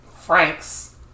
Franks